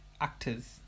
actors